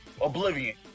Oblivion